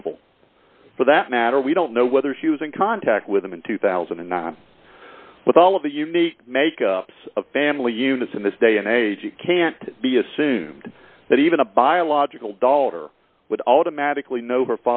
l for that matter we don't know whether she was in contact with them in two thousand and nine with all of the unique makeup of family units in this day and age it can't be assumed that even a biological daughter would automatically know her